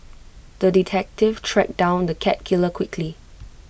the detective tracked down the cat killer quickly